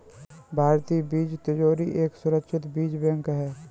भारतीय बीज तिजोरी एक सुरक्षित बीज बैंक है